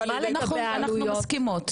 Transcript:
אנחנו מסכימות.